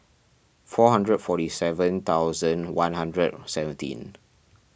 four hundred and forty seven thousand one hundred and seventeen